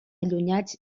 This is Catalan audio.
allunyats